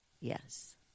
yes